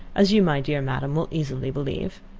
as you my dear madam will easily believe.